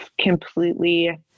completely